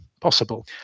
possible